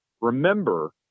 remember